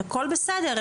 הכול בסדר,